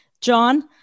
John